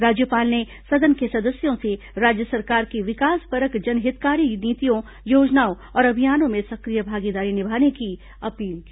राज्यपाल ने सदन के सदस्यों से राज्य सरकार की विकासपरक जनहितकारी नीतियों योजनाओं और अभियानों में सक्रिय भागीदारी निभाने की अपील की